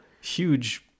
huge